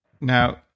Now